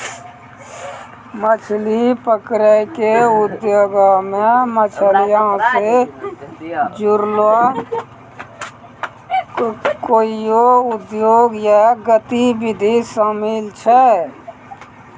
मछली पकरै के उद्योगो मे मछलीयो से जुड़लो कोइयो उद्योग या गतिविधि शामिल छै